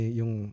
yung